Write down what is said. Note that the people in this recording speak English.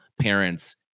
parents